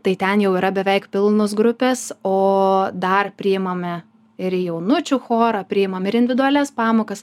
tai ten jau yra beveik pilnos grupės o dar priimame ir į jaunučių chorą priimam ir invidualias pamokas